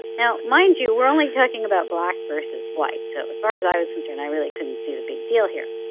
now, mind you, we're only talking about black versus white. so as far as i was concerned, i really couldn't see the big deal here.